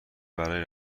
برای